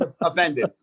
offended